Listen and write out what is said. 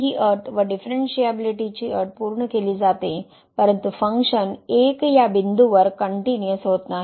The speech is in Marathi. तरयावरून ही अट व डीफरनशिएबिलीटीची अट पूर्ण केली जाते परंतु फंक्शन 1या बिंदूवर कनट्युनिअस होत नाही